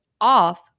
off